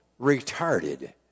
retarded